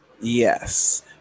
Yes